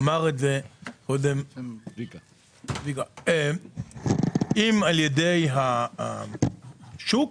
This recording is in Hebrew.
אמר את זה קודם צביקה, אם על-ידי השוק,